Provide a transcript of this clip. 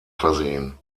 versehen